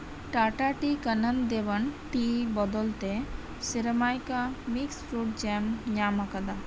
Tata tea ᱠᱟᱱᱚᱱᱚ ᱫᱮᱵᱚᱱ tea ᱵᱚᱫᱚᱞ ᱛᱮ ᱥᱮᱨᱢᱟᱭ ᱠᱟ ᱢᱤᱠᱥ ᱯᱷᱩᱰ ᱡᱮᱢ ᱧᱟᱢ ᱟᱠᱟᱫᱟ